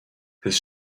his